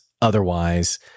otherwise